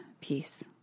peace